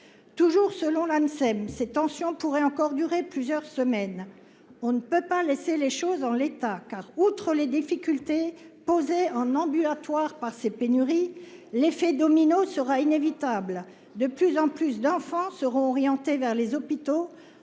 Toujours selon la MCM ces tension pourrait encore durer plusieurs semaines. On ne peut pas laisser les choses en l'état, car outre les difficultés posées en ambulatoire par ces pénuries. L'effet domino sera inévitable. De plus en plus d'enfants seront orientés vers les hôpitaux